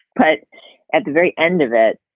but at the very end of it,